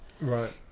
right